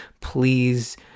please